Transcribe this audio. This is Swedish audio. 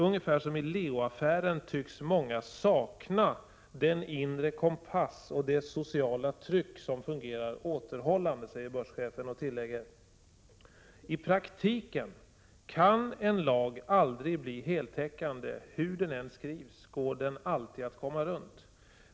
Ungefär som i Leo-affären tycks många sakna den inre kompass och det sociala tryck som fungerar återhållande”, säger börschefen och tillägger: ”I praktiken kan en lag aldrig bli heltäckande, hur den än skrivs går den alltid att komma runt.